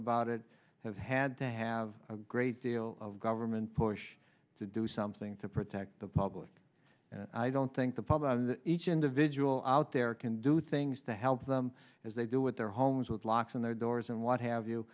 about it have had to have a great deal of government push to do something to protect the public and i don't think the public each individual out there can do things to help them as they do with their homes with locks on their doors and what have